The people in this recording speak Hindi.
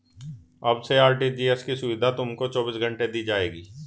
अब से आर.टी.जी.एस की सुविधा तुमको चौबीस घंटे दी जाएगी